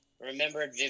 remembered